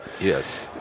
Yes